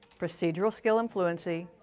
procedural skill and fluency,